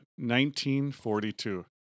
1942